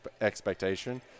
expectation